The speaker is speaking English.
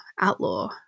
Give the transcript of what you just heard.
outlaw